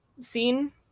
scene